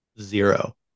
zero